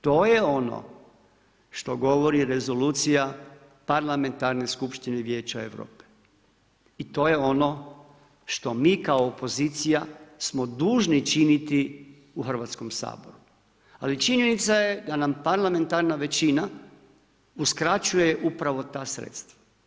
To je ono što govori rezolucija parlamentarne skupštine Vijeća Europe. i to je ono što mi kao opozicije smo dužni činiti u Hrvatskom saboru ali činjenica je da nam parlamentarna većina uskraćuje upravo ta sredstva.